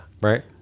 Right